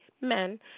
men